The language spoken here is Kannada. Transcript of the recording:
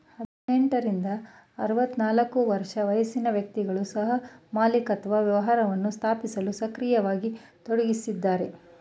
ಹದಿನೆಂಟ ರಿಂದ ಆರವತ್ತನಾಲ್ಕು ವರ್ಷ ವಯಸ್ಸಿನ ವ್ಯಕ್ತಿಗಳು ಸಹಮಾಲಿಕತ್ವ ವ್ಯವಹಾರವನ್ನ ಸ್ಥಾಪಿಸಲು ಸಕ್ರಿಯವಾಗಿ ತೊಡಗಿಸಿದ್ದಾರೆ